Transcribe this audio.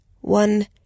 One